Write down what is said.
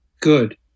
Good